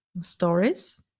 stories